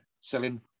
selling